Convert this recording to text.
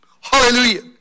Hallelujah